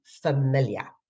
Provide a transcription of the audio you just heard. familiar